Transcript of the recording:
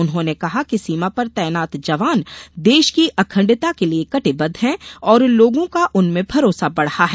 उन्होंने कहा कि सीमा पर तैनात जवान देश की अखंडता के लिए कटिबद्ध है और लोगों का उनमें भरोसा बढ़ा है